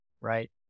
right